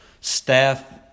staff